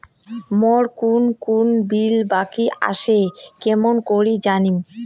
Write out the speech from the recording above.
মোর কুন কুন বিল বাকি আসে কেমন করি জানিম?